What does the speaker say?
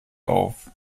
auf